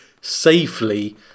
safely